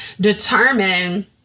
determine